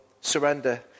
surrender